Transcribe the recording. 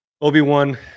obi-wan